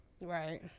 Right